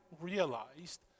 realized